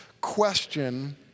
question